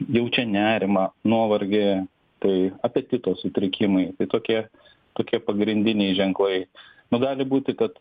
jaučia nerimą nuovargį tai apetito sutrikimai tai tokie tokie pagrindiniai ženklai nu gali būti kad